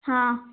ହଁ